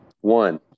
one